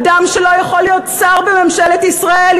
אדם שלא יכול להיות שר בממשלת ישראל,